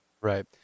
Right